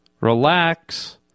relax